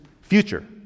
future